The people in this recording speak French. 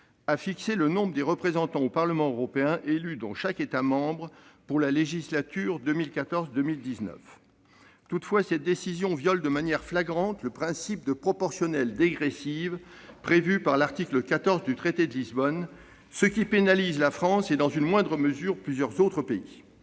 a fixé le nombre des représentants au Parlement européen élus dans chaque État membre pour la législature 2014-2019. Toutefois, cette décision viole de manière flagrante le principe de proportionnalité dégressive prévu par cet article, ce qui pénalise la France et, dans une moindre mesure, plusieurs autres pays.